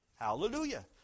Hallelujah